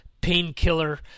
Painkiller